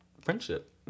friendship